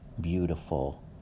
beautiful